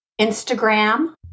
instagram